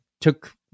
took